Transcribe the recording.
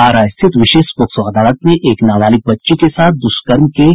आरा स्थित विशेष पॉक्सो अदालत ने एक नाबालिग बच्ची के साथ दुष्कर्म के